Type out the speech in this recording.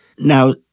Now